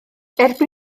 erbyn